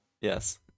Yes